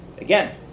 again